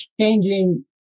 changing